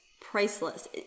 priceless